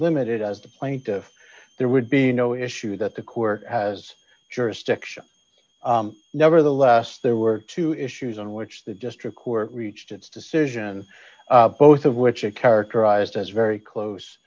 limited as the plaintiff there would be no issue that the court has jurisdiction nevertheless there were two issues on which the district court reached its decision both of which are characterized as very close